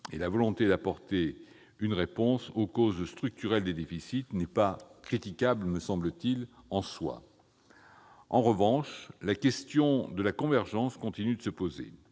La volonté d'apporter une réponse aux causes structurelles des déficits n'est pas critiquable en soi, me semble-t-il. En revanche, la question de la convergence continue de se poser.